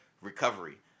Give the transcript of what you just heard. Recovery